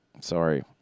Sorry